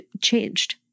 changed